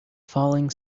falling